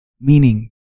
meaning